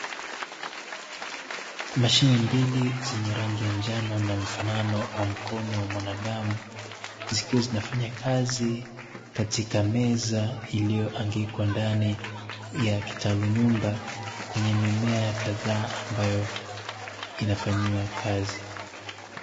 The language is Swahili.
Mashine mbili zenye rangi ya njano na mfanano wa mkono wa mwanadamu, zikiwa zinafanya kazi katika meza iliyoangikwa ndani ya kitalu nyumba kwenye mimea kadhaa ambayo inafanyiwa kazi.